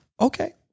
Okay